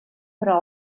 però